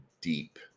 deep